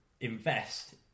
invest